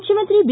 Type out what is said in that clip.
ಮುಖ್ಯಮಂತ್ರಿ ಬಿ